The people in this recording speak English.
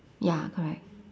ya correct